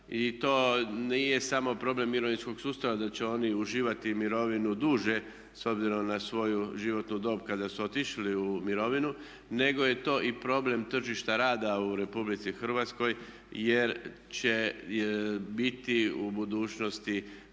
i to nije samo problem mirovinskog sustava da će oni uživati mirovinu duže s obzirom na svoju životnu dob kada su otišli u mirovinu nego je to i problem tržišta rada u RH jer će biti u budućnosti